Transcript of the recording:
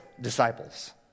disciples